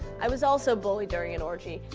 i was also bullied during an orgy.